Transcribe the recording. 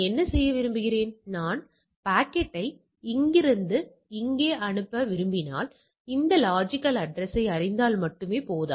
எனவே நிராகரிக்கப்பட்டவைகளுக்கும் கருவிக்கும் இடையே தொடர்பு இருக்கிறதா